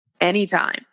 anytime